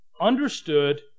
understood